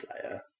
player